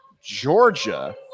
Georgia